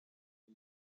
بود